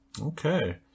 Okay